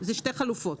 אלה שתי חלופות.